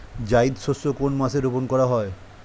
জায়িদ শস্য কোন মাসে রোপণ করা হয়?